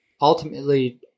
Ultimately